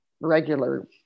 regular